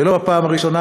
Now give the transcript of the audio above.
ולא בפעם הראשונה,